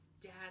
dad